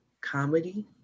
comedy